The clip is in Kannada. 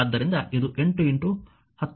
ಆದ್ದರಿಂದ ಇದು 8 103 ಆಗಿದೆ